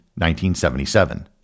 1977